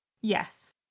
Yes